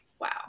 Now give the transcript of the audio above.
wow